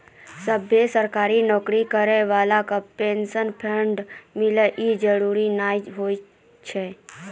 सभ्भे सरकारी नौकरी करै बाला के पेंशन फंड मिले इ जरुरी नै होय छै